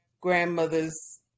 grandmother's